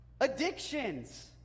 Addictions